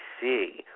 see